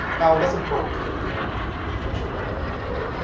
now, there's a book which i should have brought upfront.